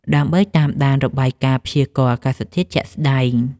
ដើម្បីតាមដានរបាយការណ៍ព្យាករណ៍អាកាសធាតុជាក់ស្ដែង។